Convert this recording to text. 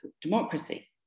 democracy